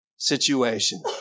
situation